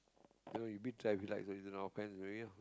know you beat traffic light it's an offence already lah